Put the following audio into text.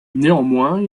néanmoins